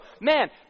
man